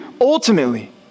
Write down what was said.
ultimately